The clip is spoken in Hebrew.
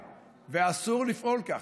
אסור לפעול כך.